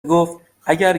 گفتاگر